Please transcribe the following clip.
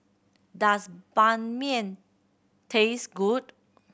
does Banh Mian taste good